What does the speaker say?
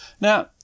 Now